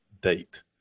date